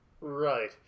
right